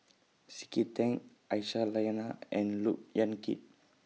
C K Tang Aisyah Lyana and Look Yan Kit